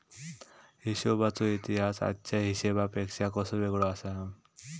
हिशोबाचो इतिहास आजच्या हिशेबापेक्षा कसो वेगळो आसा?